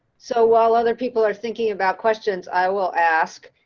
so while other people are thinking about questions, i will ask.